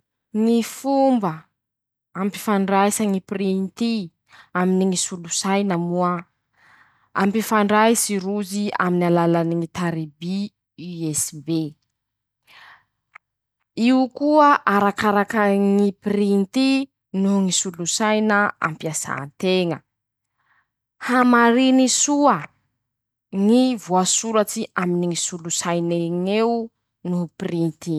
Ñy fomba hampifandraisa ñy printy aminy ñy solosaina moa: -Ampifandraisy rozy aminy alalany ñy tariby iesibe, io koa arakaraka ñy printy no ñy solosaina ampiasà nteña, hamariny soa ñy voasoratsy aminy ñy solosain'eñ'eo no mm printy.